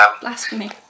Blasphemy